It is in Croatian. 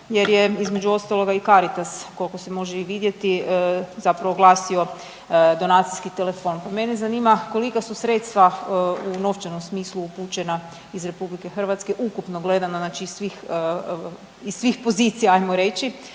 jer je između ostaloga i Caritas koliko se može i vidjeti zapravo oglasio donacijski telefon. Mene zanima kolika su sredstva u novčanom smislu upućena iz RH ukupno gledano znači svih, iz svih pozicija ajmo reći